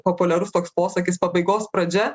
populiarus toks posakis pabaigos pradžia